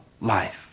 life